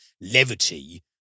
levity